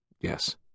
Yes